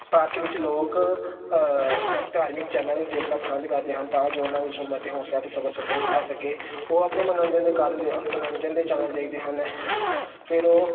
ਭਾਰਤ ਵਿੱਚ ਲੋਕ ਧਾਰਮਿਕ ਚੈਨਲ ਦੇਖਣਾ ਪਸੰਦ ਕਰਦੇ ਹਨ ਤਾਂ ਜੋ ਉਹਨਾਂ ਵਿੱਚ ਹਿੰਮਤ ਅਤੇ ਹੌਸਲਾ ਅਤੇ ਸਬਰ ਸੰਤੋਖ ਆ ਸਕੇ ਉਹ ਆਪਣੇ ਮਨੋਰੰਜਨ ਦੇ ਕਾਰਨ ਦੇ ਮਨੋਰੰਜਨ ਦੇ ਚੈਨਲ ਦੇਖਦੇ ਹਨ ਫਿਰ ਉਹ